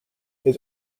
his